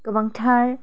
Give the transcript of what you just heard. गोबांथार